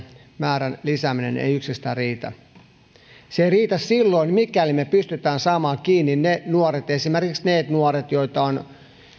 määrän lisääminen tällä tuhannella opiskelijavuodella ei yksistään riitä se ei riitä mikäli me pystymme saamaan kiinni esimerkiksi ne nuoret joita on